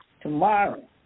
tomorrow